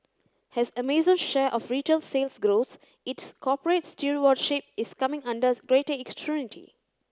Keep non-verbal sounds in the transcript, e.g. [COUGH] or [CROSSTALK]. as Amazon's share of retail sales grows its corporate stewardship is coming under greater [UNINTELLIGIBLE]